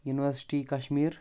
university Kashmir